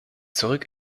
zurück